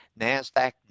nasdaq